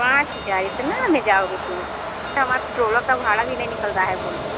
पाँच हज़ार इतना में जाओगी तुम इतना में हमार पेट्रोलो का भाड़ा भी नहीं निकल रहा है बोलो